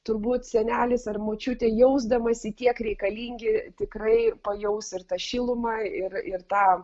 turbūt senelis ar močiutė jausdamasi tiek reikalingi tikrai pajaus ir tą šilumą ir ir tą